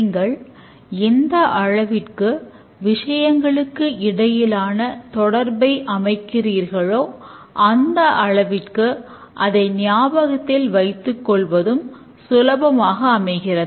நீங்கள் எந்த அளவிற்கு விஷயங்களுக்கு இடையிலான தொடர்பை அமைக்கிறீர்களோ அந்த அளவிற்கு அதை ஞாபகத்தில் வைத்துக் கொள்வதும் சுலபமாக அமைகிறது